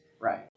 Right